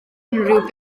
unrhyw